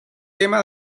tema